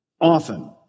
often